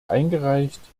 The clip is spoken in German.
eingereicht